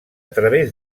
través